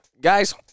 Guys